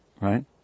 right